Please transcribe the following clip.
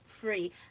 free